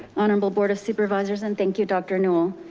honorable board of supervisors, and thank you, dr. newel.